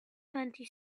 twenty